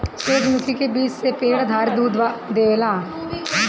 सूरजमुखी के बीज से भी पेड़ आधारित दूध बनेला